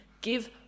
give